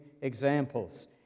examples